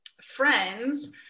friends